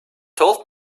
told